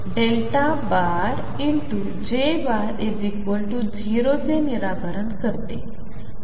चेनिराकरणकरते